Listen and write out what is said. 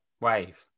Wave